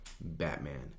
Batman